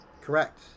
Correct